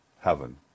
heaven